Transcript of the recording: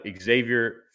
Xavier